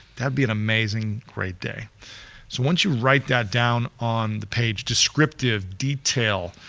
that'd be an amazing great day. so once you write that down on the page, descriptive detail,